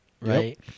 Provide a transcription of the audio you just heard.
right